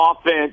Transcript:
offense